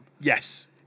Yes